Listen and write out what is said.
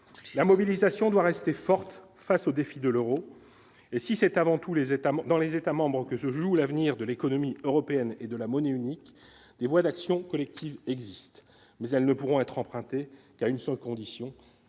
la mobilisation doit rester forte face au défi de l'Euro et si c'est avant tout les États dans les États membres, que se joue l'avenir de l'économie européenne. Et de la monnaie unique des voies d'action collective existent, mais elles ne pourront être empruntés à une seule condition